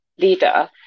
leader